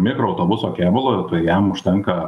mikroautobuso kėbulo jam užtenka